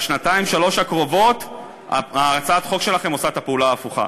בשנתיים שלוש הקרובות הצעת החוק שלכם עושה את הפעולה ההפוכה.